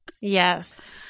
yes